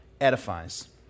edifies